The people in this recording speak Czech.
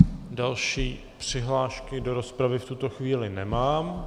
Další přihlášky do rozpravy v tuto chvíli nemám.